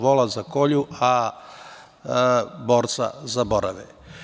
Vola zakolju, a borca zaborave.